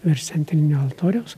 virš centrinio altoriaus